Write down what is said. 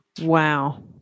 wow